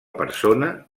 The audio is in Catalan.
persona